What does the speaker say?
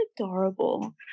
adorable